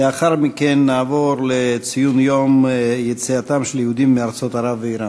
ולאחר מכן נעבור לציון יום יציאתם של היהודים מארצות ערב ואיראן.